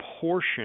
portion